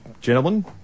Gentlemen